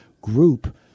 group